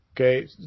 okay